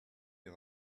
you